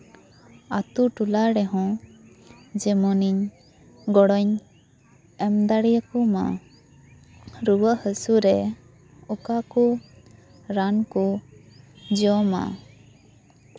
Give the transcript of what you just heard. ᱟᱛᱳ ᱴᱚᱞᱟ ᱨᱮᱦᱚᱸ ᱡᱮᱢᱚᱱᱤᱧ ᱜᱚᱲᱚᱧ ᱮᱢ ᱫᱟᱲᱮ ᱠᱚ ᱢᱟ ᱨᱩᱣᱟᱹ ᱦᱟᱹᱥᱩ ᱨᱮ ᱚᱠᱟ ᱠᱚ ᱨᱟᱱ ᱠᱚ ᱡᱚᱢᱟ